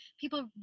people